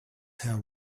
herr